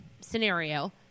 scenario